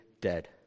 dead